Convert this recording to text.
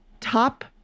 top